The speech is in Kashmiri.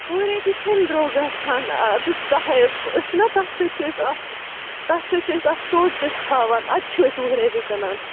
وُہ رۄپیہِ چھِنہٕ درٛۅگ گژھان تہٕ دَہَے أسۍ چھِنا تَتھ سۭتۍ چھِ أسۍ اَکھ تَتھ سۭتۍ چھِ أسۍ اَکھ ژوٚٹ تہِ تھاوان اَدٕ چھِ أسۍ وُہ رۄپیہِ کٕنان